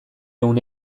une